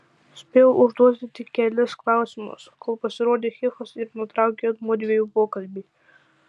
spėjau užduoti tik kelis klausimus kol pasirodė hifas ir nutraukė mudviejų pokalbį